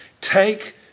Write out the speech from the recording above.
Take